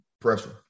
pressure